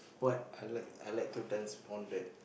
I I like I like to dance on that